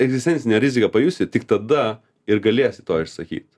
egzistencinę riziką pajusi tik tada ir galėsi to išsakyt